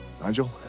Nigel